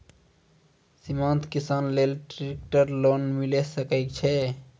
सीमांत किसान लेल ट्रेक्टर लोन मिलै सकय छै?